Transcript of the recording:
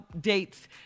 dates